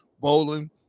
bowling